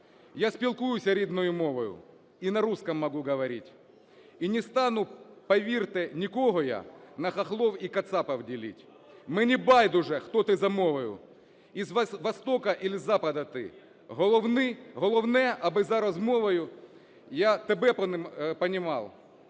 Я спілкуюся рідною мовою, и на русском могу говорить, И не стану, повірте, нікого я на "хохлов" и "кацапов" делить. Мені байдуже, хто ти за мовою, из востока иль с запада ты. Головне, аби за розмовою я тебя понимал,